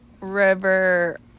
River